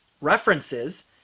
references